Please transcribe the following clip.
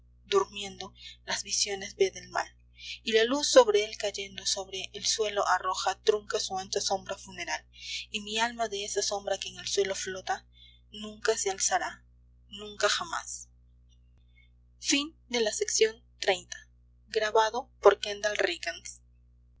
durmiendo las visiones ve del mal y la luz sobre él cayendo sobre el suelo arroja trunca su ancha sombra funeral y mi alma de esa sombra que en el suelo flota nunca se alzará nunca jamás